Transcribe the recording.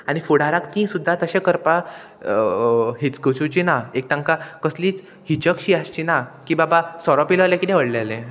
आनी फुडाराक ती सुद्दां तशें करपाक हिचकुसुची ना एक तांकां कसलीच हिचकशी आसची ना की बाबा सोरो पिलोलें किदें हडलें जालें